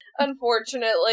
Unfortunately